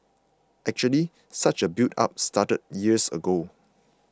actually such a buildup started years ago